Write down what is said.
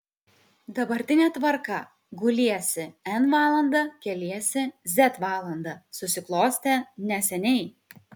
dabartinė tvarka guliesi n valandą keliesi z valandą susiklostė neseniai